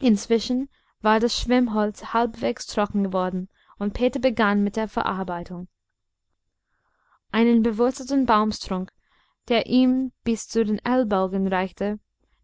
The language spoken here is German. inzwischen war das schwemmholz halbwegs trocken geworden und peter begann mit der verarbeitung einen bewurzelten baumstrunk der ihm bis zu den ellbogen reichte